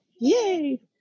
Yay